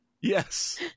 Yes